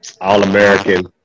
All-American